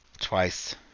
Twice